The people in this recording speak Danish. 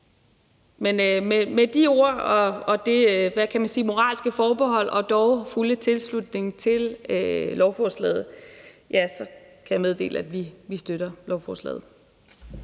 på. Med de ord og det moralske forbehold og dog fulde tilslutning til lovforslaget kan jeg meddele, at vi støtter lovforslaget.